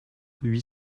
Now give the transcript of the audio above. huit